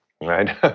right